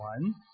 one